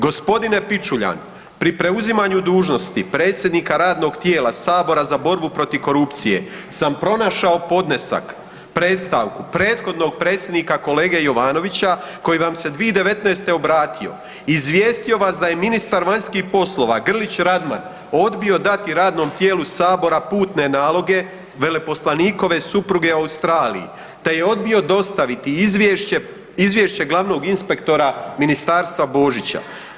G. Pičuljan, pri preuzimanju dužnosti predsjednika radnog tijela Sabora za borbu protiv korupcije sam pronašao podnesak, predstavku prethodnog predsjednika kolege Jovanovića koji vam se 2019. obratio i izvijestio vas da je ministar vanjskih poslova Grlić Radman odbio dati radnom tijelu Sabora putne naloge veleposlanikove supruge u Australiji te je odbio dostaviti izvješće glavnog inspektora ministarstva Božića.